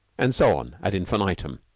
and so on, ad infinitum.